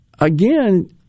again